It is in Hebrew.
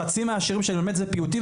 חצי מהשירים שאני מלמד הם פיוטים,